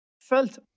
felt